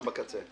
המצב הזה